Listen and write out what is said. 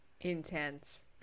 Intense